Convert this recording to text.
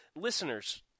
Listeners